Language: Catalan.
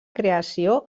creació